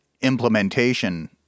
implementation